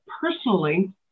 personally